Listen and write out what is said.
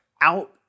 out